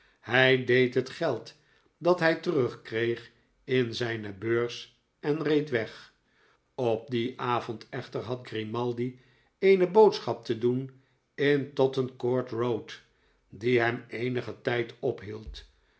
hij deed het geld dat hij terug kreeg in zijne beurs en reed weg op dien avond echter had grimaldi eene boodschap te doen in totten court raod die hem eenigen tijd